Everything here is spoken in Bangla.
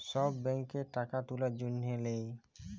ছব ব্যাংকে টাকা তুলার জ্যনহে লেই